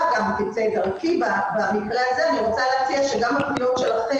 המערכות, היא קלה ביותר.